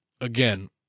again